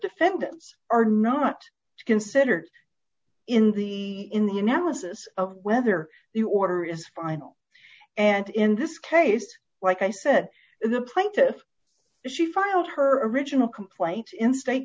defendants are not considered in the in the analysis of whether the order is final and in this case like i said the plaintiffs she filed her original complaint in state